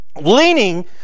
Leaning